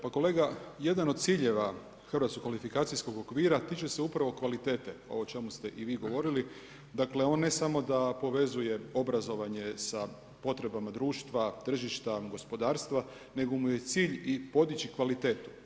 Pa kolega, jedan od ciljeva Hrvatskog kvalifikacijskog okvira tiče se upravo kvalitete o čemu ste i vi govorili, dakle on ne samo da povezuje obrazovanje sa potrebama društva, tržišta, gospodarstva nego mu je i cilj i podići kvalitetu.